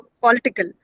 political